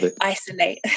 isolate